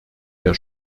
der